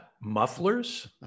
mufflers